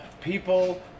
people